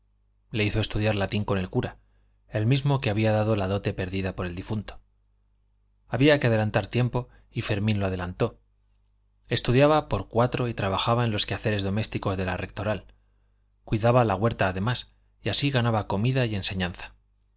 le hizo estudiar latín con el cura el mismo que había dado la dote perdida por el difunto había que adelantar tiempo y fermín lo adelantó estudiaba por cuatro y trabajaba en los quehaceres domésticos de la rectoral cuidaba la huerta además y así ganaba comida y enseñanza